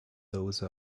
those